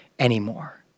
anymore